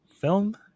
film